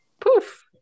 Poof